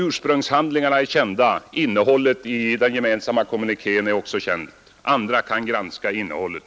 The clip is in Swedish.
Ursprungshandlingarna är kända, innehållet i den gemensamma kommunikén är också känt. Andra kan granska innehållet.